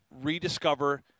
rediscover